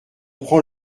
prend